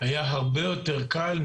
היה הרבה יותר קל,